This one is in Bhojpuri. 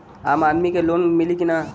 आम आदमी के लोन मिली कि ना?